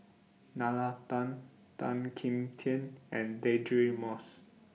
Nalla Tan Tan Kim Tian and Deirdre Moss